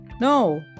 No